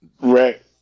Right